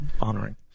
honoring